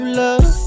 love